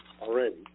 already